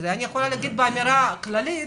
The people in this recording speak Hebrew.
אני יכולה להגיד באמירה כללית